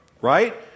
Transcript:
right